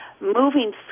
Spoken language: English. Moving